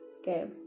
Okay